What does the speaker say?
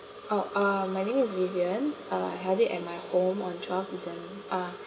oh uh my name is vivian uh I had it at my home on twelve decem~ uh